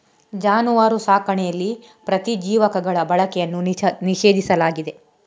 ಜಾನುವಾರು ಸಾಕಣೆಯಲ್ಲಿ ಪ್ರತಿಜೀವಕಗಳ ಬಳಕೆಯನ್ನು ನಿಷೇಧಿಸಲಾಗಿದೆ